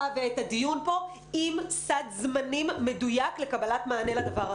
ואת הדיון פה עם סד זמנים מדויק לקבלת מענה לדבר הזה.